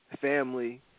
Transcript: Family